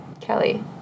Kelly